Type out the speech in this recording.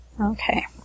Okay